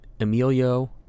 emilio